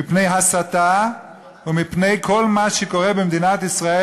מפני הסתה ומפני כל מה שקורה במדינת ישראל,